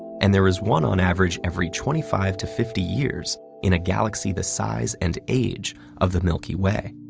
and there is one on average every twenty five to fifty years in a galaxy the size and age of the milky way.